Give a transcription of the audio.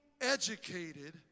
educated